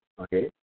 okay